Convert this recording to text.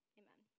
amen